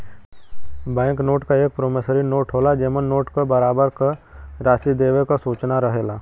bank note एक promissory note होला जेमन नोट क बराबर क राशि देवे क सूचना रहेला